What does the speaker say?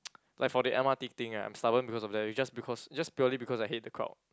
like for the M_R_T thing right I'm stubborn because of there is just because is just purely because I hate the crowd